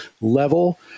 level